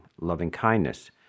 loving-kindness